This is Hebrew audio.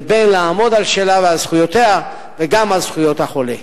לבין לעמוד על שלה ועל זכויותיה וגם על זכויות החולה.